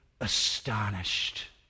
astonished